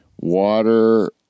water